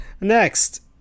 Next